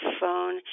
phone